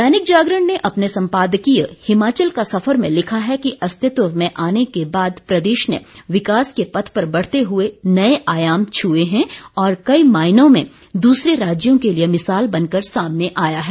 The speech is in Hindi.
दैनिक जागरण ने अपने सम्पादकीय हिमाचल का सफर में लिखा है कि अस्तित्व मे आने के बाद प्रदेश ने विकास के पथ पर बढ़ते हुए नए आयाम छूए हैं और कई मायनों में दूसरे राज्यों के लिए मिसाल बनकर सामने आया है